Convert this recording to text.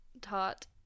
taught